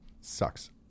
Sucks